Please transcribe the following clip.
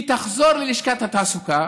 היא תחזור ללשכת התעסוקה,